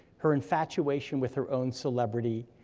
her infatuation with her own celebrity,